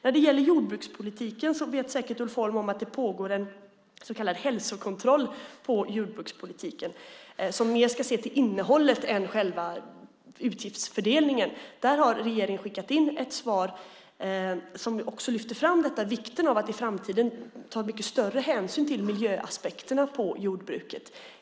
När det gäller jordbrukspolitiken vet säkert Ulf Holm om att det pågår en så kallad hälsokontroll på jordbrukspolitiken som mer ska se till innehållet än själva utgiftsfördelningen. Där har regeringen skickat in ett svar som också lyfter fram detta och vikten av att i framtiden ta mycket större hänsyn till miljöaspekterna på jordbruket.